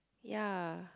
ya